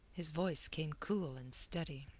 his voice came cool and steady.